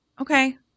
okay